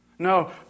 No